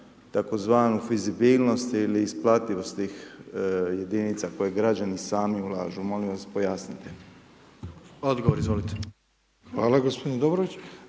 na tzv. fizibilnost ili isplativost tih jedinica koje građani sami ulažu. Molim vas pojasnite. **Jandroković, Gordan (HDZ)**